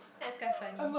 that's quite funny